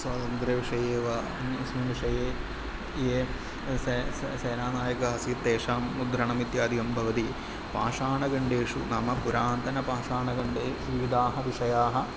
स्वातन्त्र्यविषये वा अन्यस्मिन् विषये ये से सेनानायक आसीत् तेषाम् मुद्रणम् इत्यादिकं भवति पाषाणखण्डेषु नाम पुरातनपाषाणखण्डे विविधा विषयाः